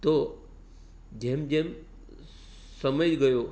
તો જેમ જેમ સમય ગયો